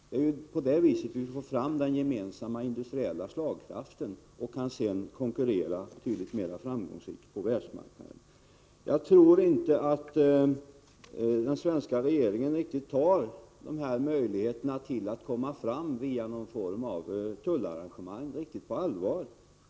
Det är ju på det viset som vi får fram den gemensamma industriella slagkraften och sedan kan konkurrera betydligt mer framgångsrikt på världsmarknaden. Jag tror inte att den svenska regeringen tar möjligheterna att komma fram via någon form av tullarrangemang riktigt på allvar.